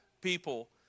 people